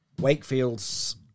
Wakefield's